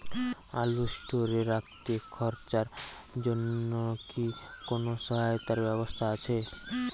আলু স্টোরে রাখতে খরচার জন্যকি কোন সহায়তার ব্যবস্থা আছে?